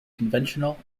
conventional